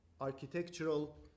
architectural